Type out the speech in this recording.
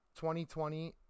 2020